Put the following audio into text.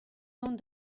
dont